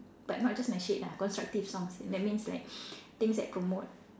but not just nasyid ah constructive songs that means like things that promote